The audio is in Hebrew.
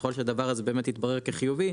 ככל שהדבר הזה באמת יתברר כחיובי,